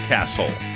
Castle